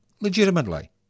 Legitimately